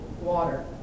water